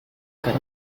got